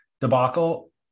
debacle